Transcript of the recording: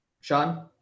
Sean